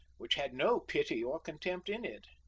which had no pity or contempt in it.